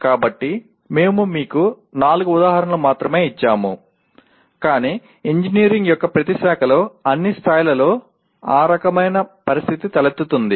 కాబట్టి మేము మీకు నాలుగు ఉదాహరణలు మాత్రమే ఇచ్చాము కానీ ఇంజనీరింగ్ యొక్క ప్రతి శాఖలో అన్ని స్థాయిలలో ఆ రకమైన పరిస్థితి తలెత్తుతుంది